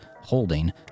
holding